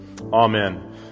Amen